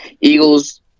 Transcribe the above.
Eagles